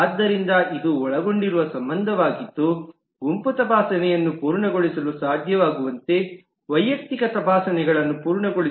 ಆದ್ದರಿಂದ ಇದು ಸೇರಿದೆ ಗುಂಪು ತಪಾಸಣೆ ಪೂರ್ಣಗೊಳಿಸಲು ಅದು ಅಗತ್ಯ ಎಂದು ಹೇಳುವ ಸಂಬಂಧ ವೈಯಕ್ತಿಕ ತಪಾಸಣೆಗಳನ್ನು ಪೂರ್ಣಗೊಳಿಸಿ